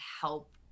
help